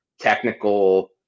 technical